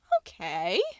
okay